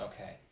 okay